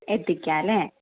എത്തിക്കാം അല്ലേ